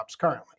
currently